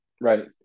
Right